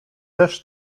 też